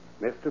Mr